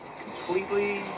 completely